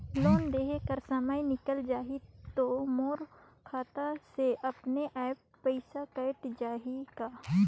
Loan देहे कर समय निकल जाही तो मोर खाता से अपने एप्प पइसा कट जाही का?